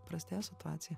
prastės situacija